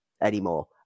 anymore